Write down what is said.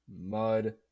mud